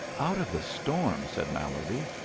out of the storm, said mallerby.